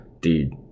Dude